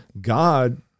God